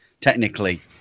technically